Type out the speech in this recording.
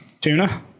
tuna